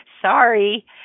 Sorry